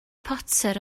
potter